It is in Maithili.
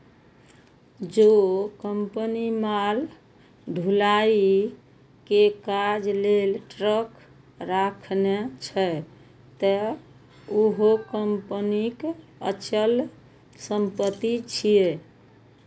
जौं कंपनी माल ढुलाइ के काज लेल ट्रक राखने छै, ते उहो कंपनीक अचल संपत्ति छियै